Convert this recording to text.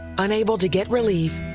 unable to get relief,